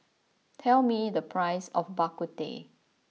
tell me the price of Bak Kut Teh